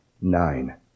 nine